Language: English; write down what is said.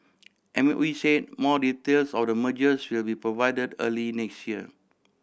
M O E said more details on the mergers will be provided early next year